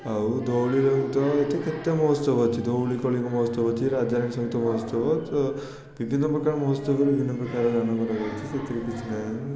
ଆଉ ଧଉଳିରେ ମଧ୍ୟ ଏଠି କେତେ ମହୋତ୍ସବ ଅଛି ଧଉଳି କଳିଙ୍ଗ ମହୋତ୍ସବ ଅଛି ରାଜାରାଣୀ ସଙ୍ଗୀତ ମହୋତ୍ସବ ତ ବିଭିନ୍ନପ୍ରକାର ମହୋତ୍ସବରେ ବିଭିନ୍ନପ୍ରକାର ଆନନ୍ଦ ରହିଅଛି ସେଥିରେ କିଛି ନାହିଁ